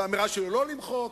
והאמירה שלו לא למחוק,